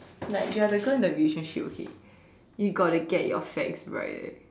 like you are the girl in the relationship okay you gotta get your facts right eh